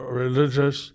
religious